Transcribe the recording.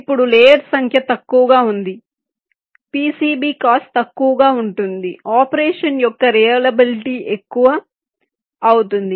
ఇప్పుడు లేయర్స్ సంఖ్య తక్కువగా ఉంది పిసిబి కాస్ట్ తక్కువగా ఉంటుంది ఆపరేషన్ యొక్క రియలబిలిటీ ఎక్కువ అవుతుంది